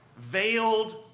veiled